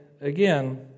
again